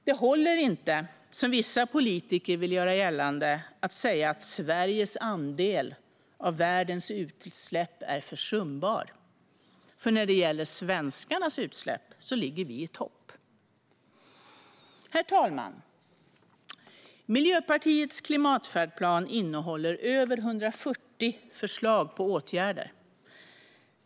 Det håller inte, som vissa politiker vill göra gällande, att säga att Sveriges andel av världens utsläpp är försumbar, för när det gäller svenskarnas utsläpp ligger vi i topp. Herr talman! Miljöpartiets klimatfärdplan innehåller över 140 förslag på åtgärder.